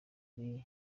sinari